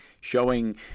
showing